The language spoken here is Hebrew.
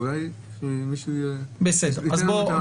אולי מי ייתן את ההסבר המלא.